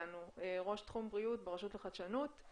ראש תחום בריאות ברשות לחדשנות.